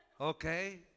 Okay